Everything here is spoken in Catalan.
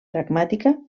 pragmàtica